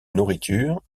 nourriture